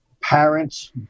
parents